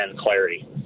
clarity